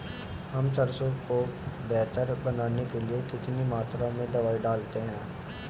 हम सरसों को बेहतर बनाने के लिए कितनी मात्रा में दवाई डालें?